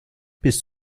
bist